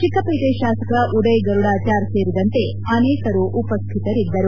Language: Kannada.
ಚಿಕ್ಕಪೇಟೆ ಶಾಸಕ ಉದಯ್ ಗರುಡಾಚಾರ್ ಸೇರಿದಂತೆ ಅನೇಕರು ಉಪ್ಯಾತರಿದ್ದರು